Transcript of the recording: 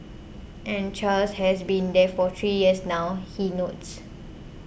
and Charles has been there for three years now he notes